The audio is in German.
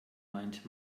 meint